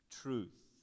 truth